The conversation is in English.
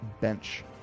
bench